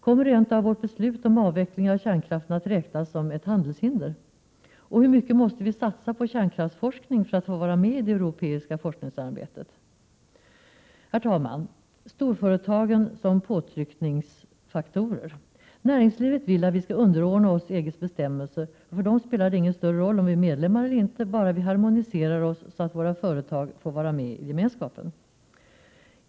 Kommer rent av vårt beslut om avveckling av kärnkraften att räknas som ett handelshinder? Och hur mycket måste vi satsa på kärnkraftsforskning för att få vara med i det europeiska forskningssamarbetet? Herr talman! Storföretagen fungerar som påtryckningsfaktorer. Näringslivet vill att vi skall underordna oss EG:s bestämmelser. För dem spelar det ingen större roll om vi är medlemmar eller inte, bara vi harmoniserar oss så att våra företag får vara med i Gemenskapen.